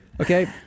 Okay